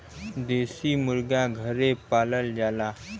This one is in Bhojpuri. देसी मुरगा घरे पालल जाला